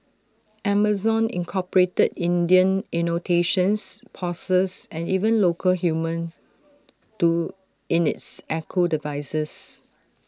Amazon incorporated Indian intonations pauses and even local humour to in its echo devices